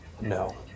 No